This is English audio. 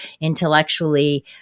Intellectually